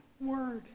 word